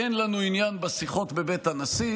אין לנו עניין בשיחות בבית הנשיא,